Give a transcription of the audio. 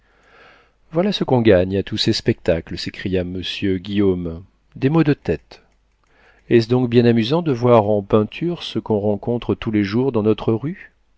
voilà ce qu'on gagne à tous ces spectacles s'écria monsieur guillaume des maux de tête est-ce donc bien amusant de voir en peinture ce qu'on rencontre tous les jours dans notre rue